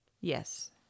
yes